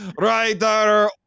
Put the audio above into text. Writer